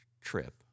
trip